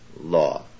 law